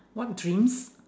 what dreams